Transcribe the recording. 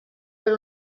per